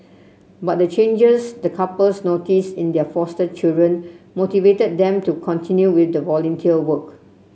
but the changes the couples notice in their foster children motivated them to continue with the volunteer work